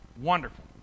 wonderful